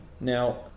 now